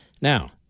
Now